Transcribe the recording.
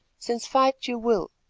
since fight you will,